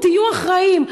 תהיו אחראיים,